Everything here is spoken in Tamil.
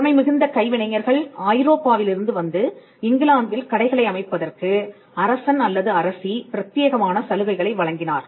திறமை மிகுந்த கைவினைஞர்கள் ஐரோப்பாவிலிருந்து வந்து இங்கிலாந்தில் கடைகளை அமைப்பதற்கு அரசன் அல்லது அரசி பிரத்தியேகமான சலுகைகளை வழங்கினார்